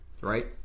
Right